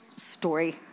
story